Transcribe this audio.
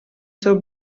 sul